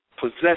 possess